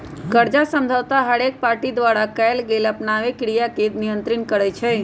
कर्जा समझौता हरेक पार्टी द्वारा कएल गेल आपनामे क्रिया के नियंत्रित करई छै